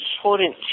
important